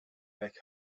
back